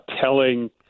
telling